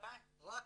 רק קוצ'ין.